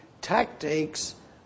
tactics